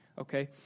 Okay